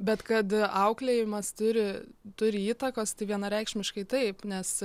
bet kad auklėjimas turi turi įtakos tai vienareikšmiškai taip nes